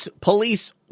police